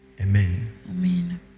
Amen